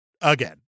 Again